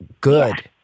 good